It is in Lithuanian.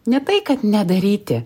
ne tai kad nedaryti